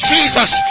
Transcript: Jesus